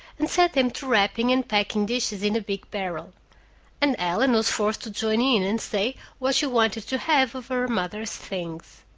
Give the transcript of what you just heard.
and set them to wrapping and packing dishes in a big barrel and ellen was forced to join in and say what she wanted to have of her mother's things.